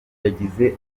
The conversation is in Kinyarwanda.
yagize